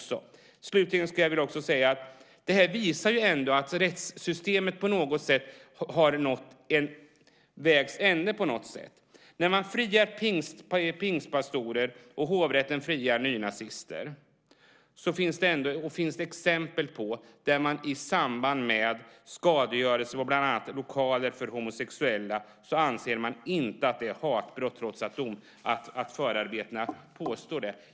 Slutligen skulle jag också vilja säga att detta ändå visar att rättssystemet på något sätt har nått vägs ände. Man friar pingstpastorer, och hovrätten friar nynazister, och det finns exempel på skadegörelse på bland annat lokaler för homosexuella, men man anser inte att det är fråga om hatbrott trots att det påstås i förarbetena.